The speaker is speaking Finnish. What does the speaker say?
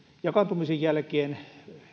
jakaantumisen jälkeen